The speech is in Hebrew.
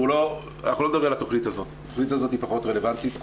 אנחנו לא נדבר על התכנית הזאת שהיא פחות רלוונטית,